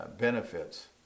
benefits